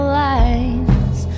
lines